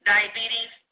Diabetes